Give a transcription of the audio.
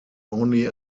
only